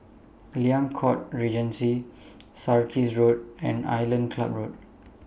Liang Court Regency Sarkies Road and Island Club Road